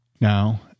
Now